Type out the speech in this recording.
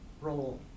role